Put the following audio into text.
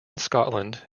scotland